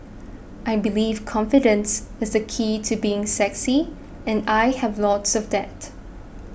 I believe confidence is the key to being sexy and I have loads of that